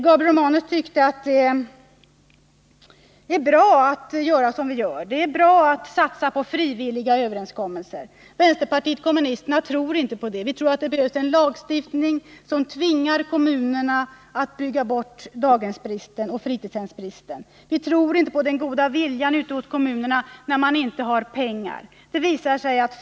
Gabriel Romanus tyckte att det är bra att, som man nu gör, lita till frivilliga överenskommelser. Vänsterpartiet kommunisterna tror inte på det. Vi menar att det behövs en lagstiftning som tvingar kommunerna att bygga bort bristen på platser i daghem och i fritidshem. Vi tror inte på den goda viljan hos kommunerna när de inte har pengar för dessa ändamål.